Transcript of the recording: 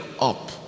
up